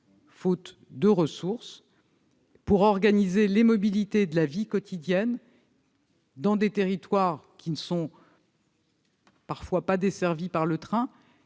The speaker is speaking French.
manquent de ressources pour organiser les mobilités de la vie quotidienne dans des territoires qui ne sont parfois pas desservis par le train,